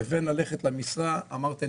לבין ללכת למשרה אמרתי,